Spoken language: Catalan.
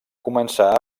començar